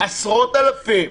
עשרות אלפים?